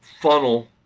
funnel